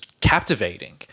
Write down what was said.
captivating